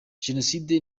jenoside